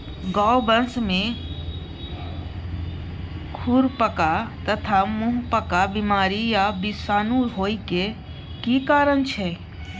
गोवंश में खुरपका तथा मुंहपका बीमारी आ विषाणु होय के की कारण छै?